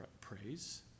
Praise